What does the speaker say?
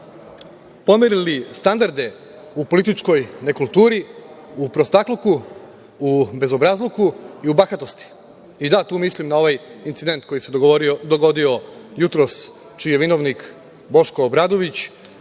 pomerili standarde u političkoj nekulturi, u prostakluku, u bezobrazluku i u bahatosti. I, da, tu mislim na ovaj incident koji se dogodio jutros, čiji je vinovnik Boško Obradović,